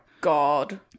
God